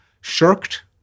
shirked